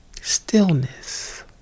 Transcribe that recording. Stillness